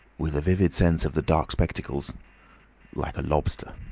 with a vivid sense of the dark spectacles like a lobster.